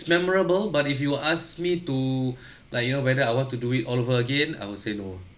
memorable but if you ask me to like you know whether I want to do it all over again I would say no